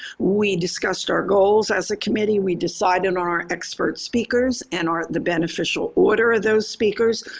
we discussed our goals as a committee. we decided our our expert speakers and our the beneficial order of those speakers.